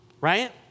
right